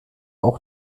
auch